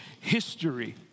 history